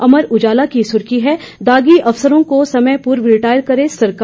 अमर उजाला की सुर्खी है दागी अफसरों को समय पूर्व रिटायर करे सरकार